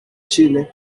chile